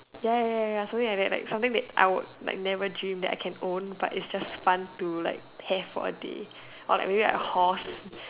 ya ya ya ya something like that like something that I would like never dream that I can own but it's just fun to like have for a day or like maybe a horse